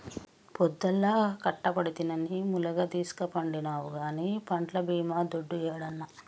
పొద్దల్లా కట్టబడితినని ములగదీస్కపండినావు గానీ పంట్ల బీమా దుడ్డు యేడన్నా